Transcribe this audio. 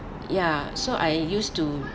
ya so I used to